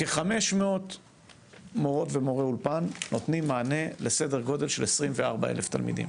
כ-500 מורות ומורי אולפן נותנים מענה לסדר גודל של 24,000 תלמידים,